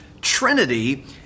Trinity